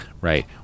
Right